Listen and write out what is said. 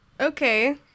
okay